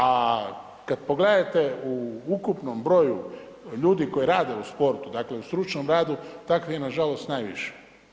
A kad pogledate u ukupnom broju ljudi koji rade u sportu, dakle u stručnom radu takvih ima nažalost najviše.